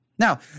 Now